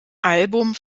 album